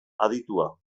aditua